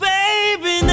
baby